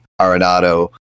Arenado